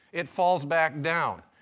it falls back down.